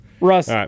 Russ